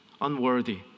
unworthy